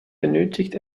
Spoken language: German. benötigt